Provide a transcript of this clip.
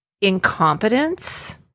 incompetence